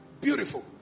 Beautiful